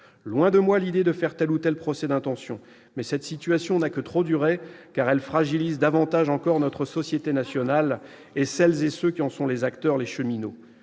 Loin de moi l'idée de faire tel ou tel procès d'intention, ... C'est raté !... mais cette situation n'a que trop duré, car elle fragilise davantage encore notre société nationale et celles et ceux qui en sont les acteurs, les cheminots.